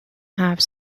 have